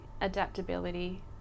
Adaptability